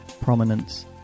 prominence